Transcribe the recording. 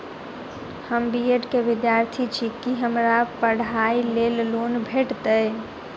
हम B Ed केँ विद्यार्थी छी, की हमरा पढ़ाई लेल लोन भेटतय?